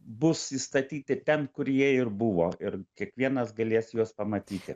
bus įstatyti ten kur jie ir buvo ir kiekvienas galės juos pamatyti